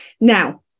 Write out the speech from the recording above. Now